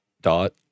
Dot